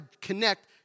connect